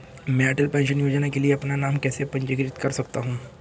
मैं अटल पेंशन योजना के लिए अपना नाम कैसे पंजीकृत कर सकता हूं?